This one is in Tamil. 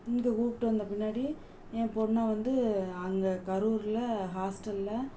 இங்கே கூப்பிட்டு வந்த பின்னாடி என் பொண்ணை வந்து அங்கே கரூர்ல ஹாஸ்ட்டல்ல